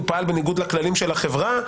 הוא פעל בניגוד לכללים של החברה,